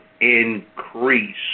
increase